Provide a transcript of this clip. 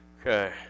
Okay